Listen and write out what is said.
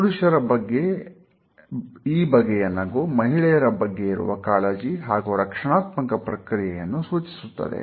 ಪುರುಷರ ಈ ಬಗೆಯ ನಗು ಮಹಿಳೆಯರ ಬಗ್ಗೆ ಇರುವ ಕಾಳಜಿ ಹಾಗೂ ರಕ್ಷಣಾತ್ಮಕ ಪ್ರಕ್ರಿಯೆಯನ್ನು ಸೂಚಿಸುತ್ತದೆ